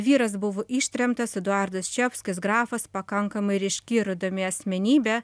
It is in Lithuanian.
vyras buvo ištremtas eduardas čapskis grafas pakankamai ryški ir įdomi asmenybė